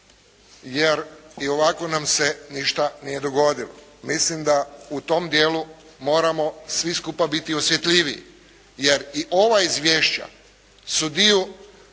jer i ovako nam se ništa nije dogodilo. Mislim da u tom dijelu moramo svi skupa biti osjetljiviji, jer i ova izvješća su dio